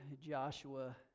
Joshua